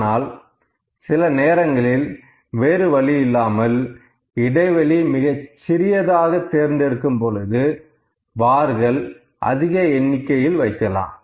ஆனால் சில நேரங்களில் வேறு வழி இல்லாமல் இடைவெளி மிகச்சிறியதாக தேர்ந்தெடுக்கும் பொழுது பார்கள் அதிக எண்ணிக்கையில் வைக்கலாம்